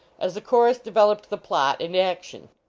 as the chorus developed the plot and action.